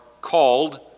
called